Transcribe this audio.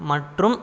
மற்றும்